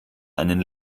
einen